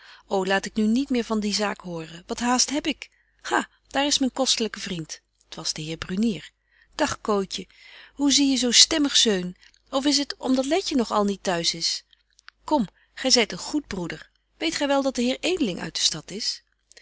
ô laat ik nu niet meer van die zaak horen wat haast heb ik ha daar is myn kostelyke vriend t was de heer brunier dag kootje hoe zieje zo stemmig zeun of is t om dat letje nog al niet t'huis is kom gy zyt een goed broeder weet gy wel dat de heer edeling uit de stad is